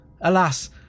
Alas